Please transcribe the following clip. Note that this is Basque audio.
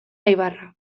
laibarra